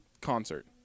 concert